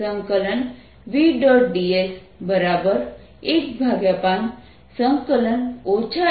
હવે cos θ x છે તેથી V